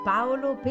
Paolo